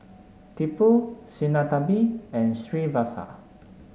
Tipu Sinnathamby and Srinivasa